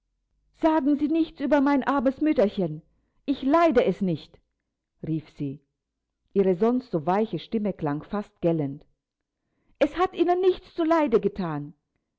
sagen sie nichts über mein armes mütterchen ich leide es nicht rief sie ihre sonst so weiche stimme klang fast gellend es hat ihnen nichts zuleide gethan